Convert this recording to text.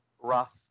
rough